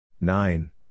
nine